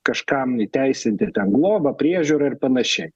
kažkam įteisinti ten globą priežiūrą ir panašiai